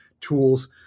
tools